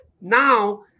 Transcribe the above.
Now